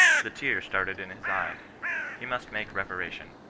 the tear started in his eye he must make reparation.